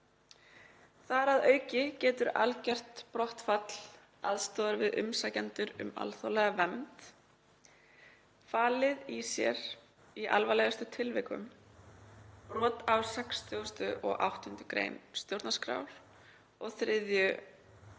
Þar að auki getur algert brottfall aðstoðar við umsækjendur um alþjóðlega vernd falið í sér í alvarlegustu tilvikum brot á 68. gr. stjórnarskrár og 3.